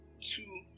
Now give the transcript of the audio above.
two